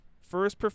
first